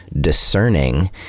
discerning